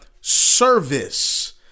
service